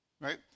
Right